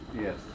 Yes